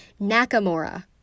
nakamura